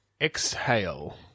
Exhale